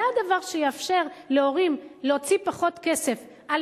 זה הדבר שיאפשר להורים להוציא פחות כסף על